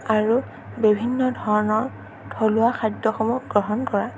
আৰু বিভিন্ন ধৰণৰ থলুৱা খাদ্যসমূহ গ্ৰহণ কৰা